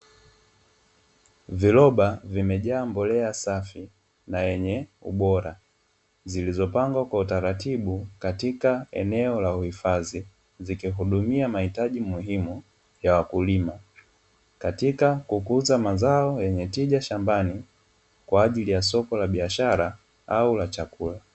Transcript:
Viroba vimejaa mbolea safi na yenye ubora, zilizopangwa kwa utaratibu katika eneo la uhifadhi, zikihudumia mahitaji muhimu ya wakulima katika kukuza mazao yenye tija shambani kwa ajili ya soko la biashara au la chakula.